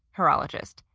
horologist.